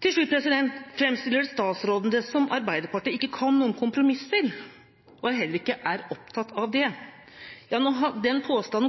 Til slutt: Statsråden framstiller det som om Arbeiderpartiet ikke kan noe om kompromisser og heller ikke er opptatt av det. Den påstanden